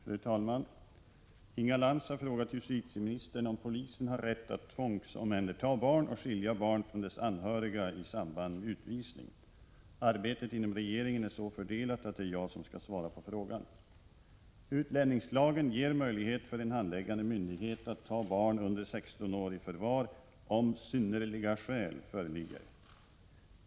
Fru talman! Inga Lantz har frågat justitieministern om polisen har rätt att tvångsomhänderta barn och skilja barn från dess anhöriga i samband med utvisning. Arbetet inom regeringen är så fördelat att det är jag som skall svara på frågan. Utlänningslagen ger möjlighet för en handläggande myndighet att ta barn under 16 år i förvar om ”synnerliga skäl” föreligger.